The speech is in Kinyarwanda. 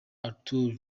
arthur